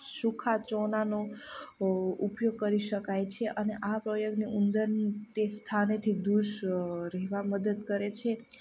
સૂકા ચૂનાનો ઉપયોગ કરી શકાય છે અને આ પ્રયોગને ઉંદરની તે સ્થાનેથી દૂષ રહેવા મદદ કરે છે